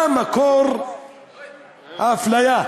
מה מקור האפליה?